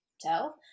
tell